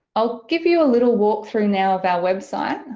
i'll give you a little walk-through now of our website.